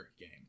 game